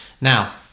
Now